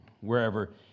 wherever